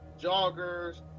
joggers